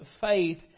faith